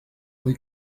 hoy